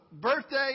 birthday